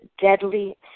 deadly